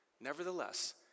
Nevertheless